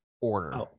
order